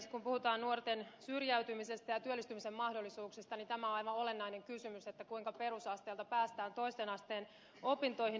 kun puhutaan nuorten syrjäytymisestä ja työllistymisen mahdollisuuksista niin tämä on aivan olennainen kysymys kuinka perusasteelta päästään toisen asteen opintoihin